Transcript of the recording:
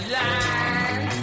line